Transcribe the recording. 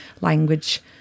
language